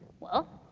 well,